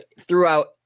throughout